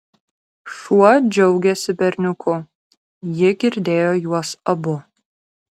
šuo džiaugėsi berniuku ji girdėjo juos abu